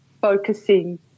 focusing